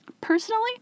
personally